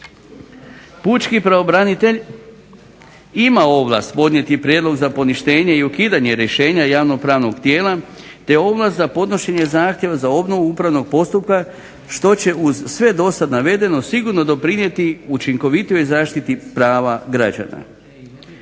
Pučki pravobranitelj ima ovlast podnijeti prijedlog za poništenje i ukidanje rješenja javno-pravnog tijela te ovlast za podnošenje zahtjeva za obnovu upravnog postupka što će uz sve dosad navedeno sigurno doprinijeti učinkovitijoj zaštiti prava građana.